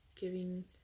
giving